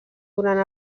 durant